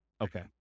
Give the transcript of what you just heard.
Okay